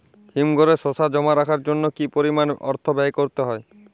হিমঘরে শসা জমা রাখার জন্য কি পরিমাণ অর্থ ব্যয় করতে হয়?